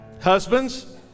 husbands